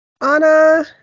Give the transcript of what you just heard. Anna